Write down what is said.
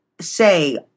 say